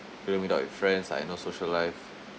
couldn't meet up with friends like no social life